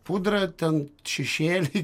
pudra ten šešėliai